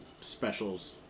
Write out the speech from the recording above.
specials